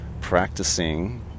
practicing